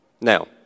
Now